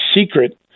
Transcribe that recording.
secret